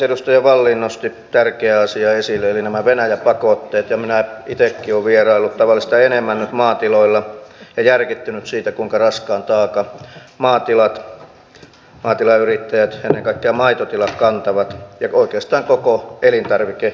edustaja wallin nosti tärkeän asian esille eli nämä venäjä pakotteet ja minä itsekin olen vieraillut tavallista enemmän nyt maatiloilla ja järkyttynyt siitä kuinka raskaan taakan maatilat maatilayrittäjät ennen kaikkea maitotilat kantavat ja oikeastaan koko elintarvikeketju